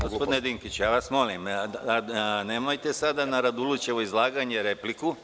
Gospodine Dinkiću, ja vas molim, nemojte sada na Radulovićevo izlaganje repliku.